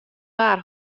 waar